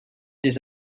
des